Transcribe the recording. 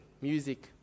Music